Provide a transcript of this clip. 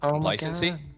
Licensing